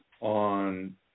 on